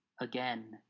again